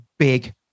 big